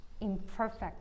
imperfect